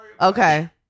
Okay